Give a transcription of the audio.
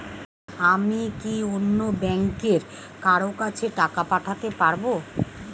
আমি কি অন্য ব্যাংকের কারো কাছে টাকা পাঠাতে পারেব?